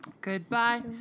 Goodbye